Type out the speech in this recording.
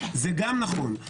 זה גם נכון.